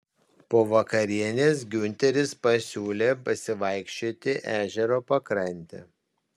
po vakarienės giunteris pasiūlė pasivaikščioti ežero pakrante